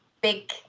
big